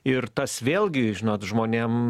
ir tas vėlgi žinot žmonėm